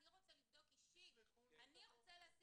אני רוצה לבדוק אישית,